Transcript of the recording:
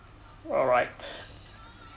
alright